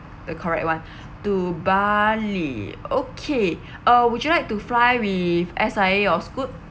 the correct one to bali okay uh would you like to fly with S_I_A or scoot